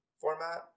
format